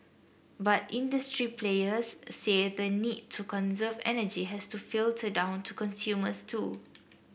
but industry players say the need to conserve energy has to filter down to consumers too